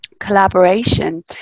collaboration